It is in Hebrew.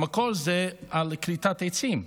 המקור הוא על כריתת עצים.